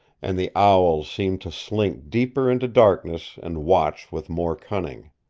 and the owls seemed to slink deeper into darkness and watch with more cunning.